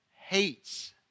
hates